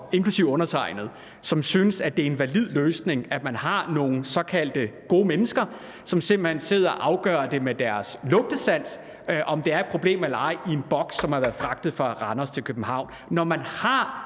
inklusive undertegnede, som synes, at det er en valid løsning, at man har nogle såkaldt gode mennesker, som simpelt hen sidder og afgør med deres lugtesans, om det er et problem eller ej, i en boks, som har været fragtet fra Randers til København, når man har